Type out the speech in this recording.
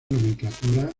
nomenclatura